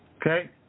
okay